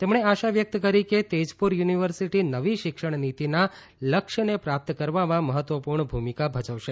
તેમણે આશા વ્યક્ત કરી કે તેજપુર યુનિવર્સિટી નવી શિક્ષણ નીતિના લક્ષ્યને પ્રાપ્ત કરવામાં મહત્વપૂર્ણ ભૂમિકા ભજવશે